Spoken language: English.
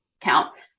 count